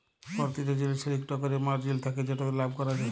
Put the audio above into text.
পরতিটা জিলিসের ইকট ক্যরে মারজিল থ্যাকে যেটতে লাভ ক্যরা যায়